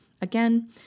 Again